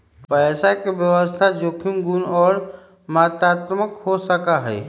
पैसा के व्यवस्था जोखिम गुण और मात्रात्मक हो सका हई